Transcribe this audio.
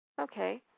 Okay